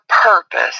purpose